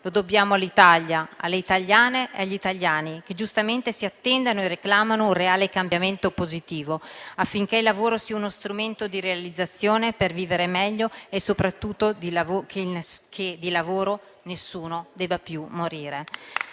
Lo dobbiamo all'Italia, alle italiane e agli italiani, che giustamente si attendono e reclamano un reale cambiamento positivo, affinché il lavoro si uno strumento di realizzazione per vivere meglio e, soprattutto, per fare in modo che di lavoro nessuno debba più morire.